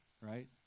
right